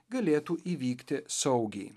galėtų įvykti saugiai